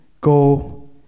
Go